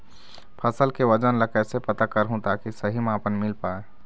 फसल के वजन ला कैसे पता करहूं ताकि सही मापन मील पाए?